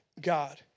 God